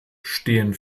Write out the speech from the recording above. stehen